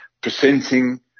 presenting